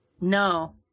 No